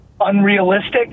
unrealistic